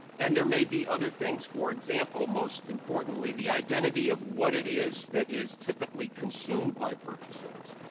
and there may be other things. for example, most importantly the identity of what it is that is typically consumed by purchasers.